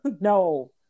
no